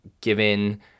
given